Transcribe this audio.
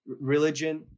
religion